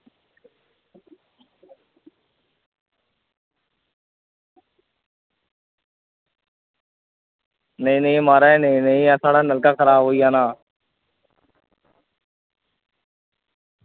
नेईं नेईं नेईं म्हाराज साढ़ा नलका खराब होई जाना